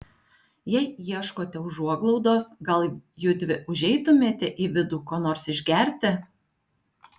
jei ieškote užuoglaudos gal judvi užeitumėte į vidų ko nors išgerti